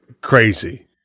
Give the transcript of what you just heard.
crazy